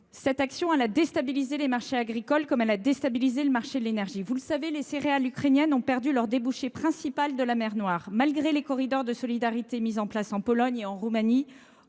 ses actions ont déstabilisé les marchés agricoles comme elles ont déstabilisé le marché de l’énergie. Les céréales ukrainiennes ont perdu leur débouché principal de la mer Noire. Malgré les corridors de solidarité mis en place en Pologne et en Roumanie,